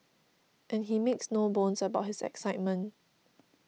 and he makes no bones about his excitement